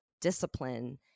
discipline